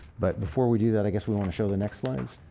but before we do that i guess we want to show the next slides.